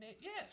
Yes